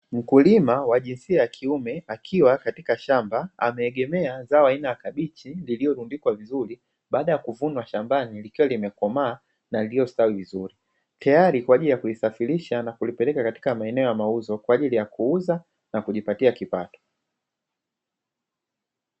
Mkulima wa jinsia ya kiume, akiwa katika shamba, ameegemea zao aina ya kabichi lililorundikwa vizuri baada ya kuvunwa shambani, likiwa limekomaa na yaliyostawi vizuri. Tayari kwa ajili ya kusafirisha na kupeleka katika maeneo ya mauzo kwa ajili ya kuuza na kujipatia kipato.